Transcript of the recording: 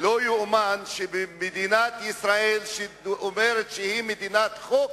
לא ייאמן שמדינת-ישראל, שאומרת שהיא מדינת חוק,